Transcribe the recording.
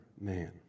man